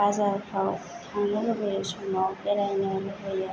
बाजारफ्राव थांनो लुबैयो समाव बेरायनो लुबैयो